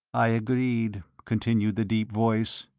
i agreed, continued the deep voice.